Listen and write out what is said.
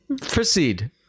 Proceed